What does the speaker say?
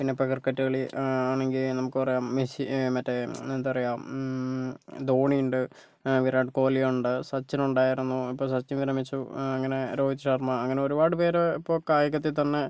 പിന്നെ ഇപ്പോൾ ക്രിക്കറ്റ് കളി ആണെങ്കി നമുക്ക് പറയാം മെസ്സി മറ്റേ എന്താ പറയുക ധോണിയുണ്ട് വിരാട് കോഹ്ലി ഉണ്ട് സച്ചിൻ ഉണ്ടായിരുന്നു ഇപ്പോൾ സച്ചിൻ വിരമിച്ചു അങ്ങനെ രോഹിത് ശർമ്മ അങ്ങനെ ഒരുപാട് പേര് ഇപ്പോൾ കായികത്തിൽ തന്നെ